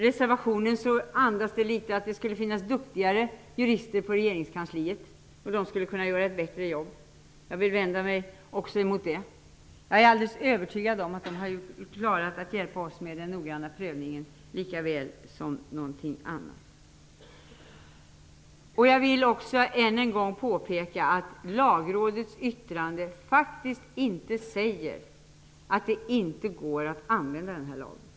Reservationen andas litet av tanken att det skulle finnas bättre jurister på regeringskansliet och att de skulle kunna göra ett bättre jobb. Jag vill vända mig mot det. Jag är övertygad om att kansliets jurister har klarat att hjälpa oss med den noggranna prövningen likaväl som med allt annat. Jag vill än en gång påpeka att Lagrådets yttrande faktiskt inte säger att det inte går att använda den här lagen.